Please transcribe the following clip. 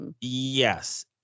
Yes